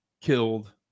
killed